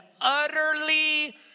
utterly